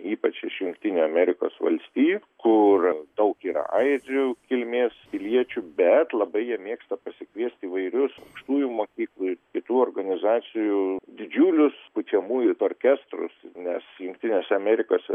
ypač iš jungtinių amerikos valstijų kur daug yra airių kilmės piliečių bet labai jie mėgsta pasikviesti įvairius aukštųjų mokyklų ir kitų organizacijų didžiulius pučiamųjų orkestrus nes jungtinėse amerikose